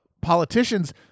politicians